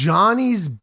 Johnny's